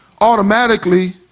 automatically